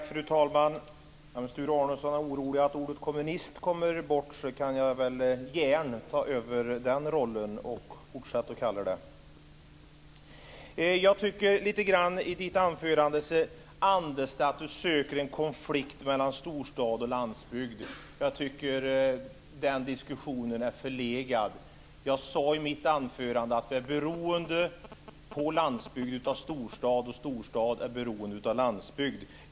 Fru talman! Om Sture Arnesson är orolig för att ordet kommunist kommer bort kan jag väl gärna ta över rollen att använda det i fortsättningen. Jag tycker att Sture Arnessons anförande andas av att han söker konflikt mellan storstad och landsbygd. Jag tycker att den diskussionen är förlegad. Jag sade i mitt anförande att landsbygden är beroende av storstad och storstad är beroende av landsbygd.